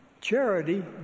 Charity